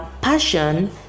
Passion